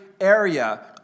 area